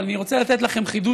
אבל מותר לי להחזיק אותו,